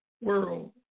world